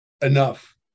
enough